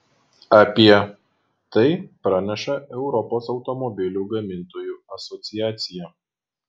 apie tai praneša europos automobilių gamintojų asociacija